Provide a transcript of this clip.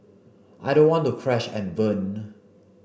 I don't want to crash and burn